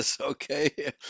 Okay